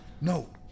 No